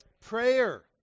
Prayer